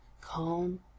calm